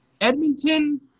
Edmonton